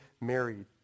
married